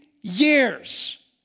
years